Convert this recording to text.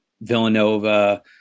Villanova